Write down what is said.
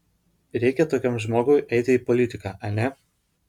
reikia tokiam žmogui eiti į politiką ar ne